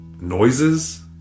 noises